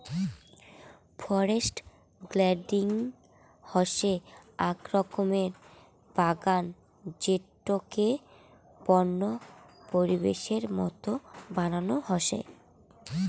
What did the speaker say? forest gardening হসে আক রকমের বাগান যেটোকে বন্য পরিবেশের মত বানানো হসে